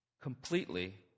completely